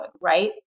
right